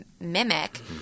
mimic